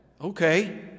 Okay